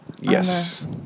Yes